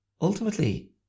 ultimately